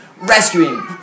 rescuing